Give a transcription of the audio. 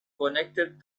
connected